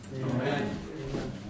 Amen